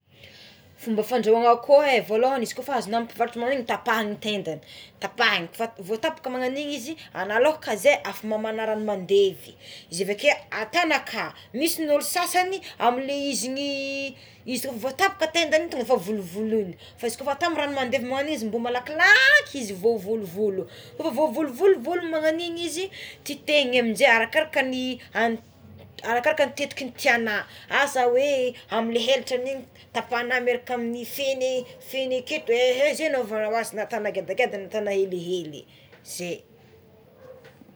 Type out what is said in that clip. Fomba fandrahona akoho é voalohany izy kôfa efa azona mpivarotra regny tapahana ny tendany tapahina fa voatapaka magnagno agnigny izy anloka zegny afa mamagna rano mandevy izy avake atana akà misy ny olo sasagny amigny le izigny izigny voatapaka ny tendagny tonga de efa volovoloigna, izy kôfa atao amy rano mandevy magnagn'igny izy mba malakilaky izy voavolovolo, kôfa voavolovolo volony magnagn'igny izy tetehiny amizay arakaraka ny arakaraka ny tetiky tiana, asa ho amle helatrany igny tapahana miaraka amin'ny feny feny aketo ehe ze anaovanao azy na ataonao ngedangeda na ataonao helihely.